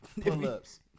Pull-ups